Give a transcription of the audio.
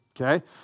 okay